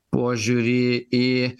požiūrį į